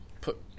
put